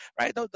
right